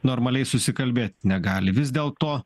normaliai susikalbėt negali vis dėlto